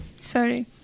sorry